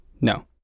No